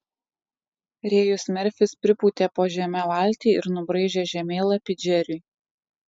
rėjus merfis pripūtė po žeme valtį ir nubraižė žemėlapį džeriui